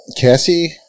Cassie